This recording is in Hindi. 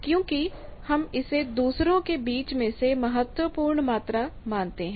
क्योंकि हम इसे दूसरों के बीच में से सबसे महत्वपूर्ण मात्रा मानते हैं